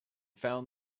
found